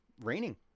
raining